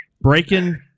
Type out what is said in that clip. Breaking